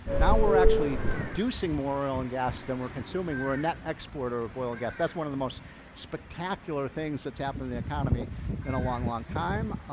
now we're actually producing more oil and gas, than we're consuming. we're a net exporter of oil gas. that's one of the most spectacular things that's happened in the economy in a long, long time,